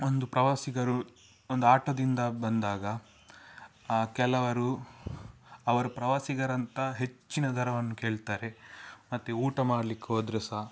ಒಂದು ಪ್ರವಾಸಿಗರು ಒಂದು ಆಟೋದಿಂದ ಬಂದಾಗ ಕೆಲವರು ಅವರು ಪ್ರವಾಸಿಗರಂತ ಹೆಚ್ಚಿನ ದರವನ್ನು ಕೇಳ್ತಾರೆ ಮತ್ತೆ ಊಟ ಮಾಡ್ಲಿಕೆ ಹೋದರೆ ಸಹ